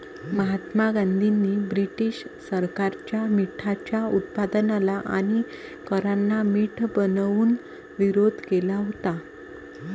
महात्मा गांधींनी ब्रिटीश सरकारच्या मिठाच्या उत्पादनाला आणि करांना मीठ बनवून विरोध केला होता